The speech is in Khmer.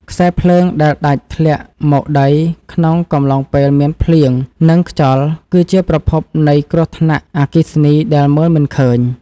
ខ្សែភ្លើងដែលដាច់ធ្លាក់មកដីក្នុងកំឡុងពេលមានភ្លៀង និង ខ្យល់គឺជាប្រភពនៃគ្រោះថ្នាក់អគ្គិសនីដែលមើលមិនឃើញ។